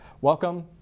Welcome